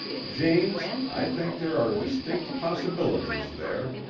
james i think there are distinct possibilities there.